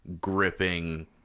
gripping